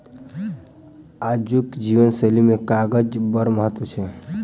आजुक जीवन शैली मे कागजक बड़ महत्व छै